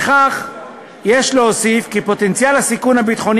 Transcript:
על כך יש להוסיף כי פוטנציאל הסיכון הביטחוני